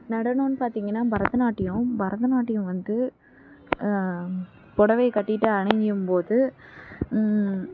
நடனன்னு பார்த்தீங்கன்னா பரதநாட்டியம் பரதநாட்டியம் வந்து புடவைய கட்டிகிட்டு அணியும்போது